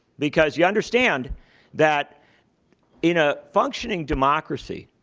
because you understand that in a functioning democracy,